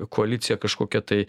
koalicija kažkokia tai